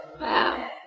Wow